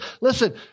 Listen